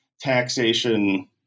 taxation